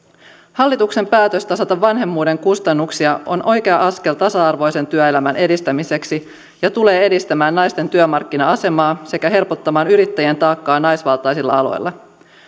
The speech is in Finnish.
hallituksen päätös tasata vanhemmuuden kustannuksia on oikea askel tasa arvoisen työelämän edistämiseksi ja tulee edistämään naisten työmarkkina asemaa sekä helpottamaan yrittäjän taakkaa naisvaltaisilla aloilla